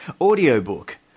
Audiobook